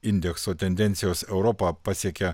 indekso tendencijos europą pasiekia